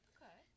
Okay